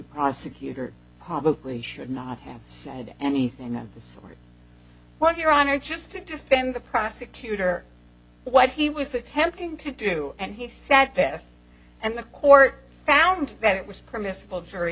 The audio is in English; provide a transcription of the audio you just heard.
prosecutor probably should not have said anything of the sort well your honor just to defend the prosecutor what he was attempting to do and he sat there and the court found that it was permissible jury